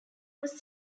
was